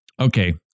Okay